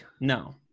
No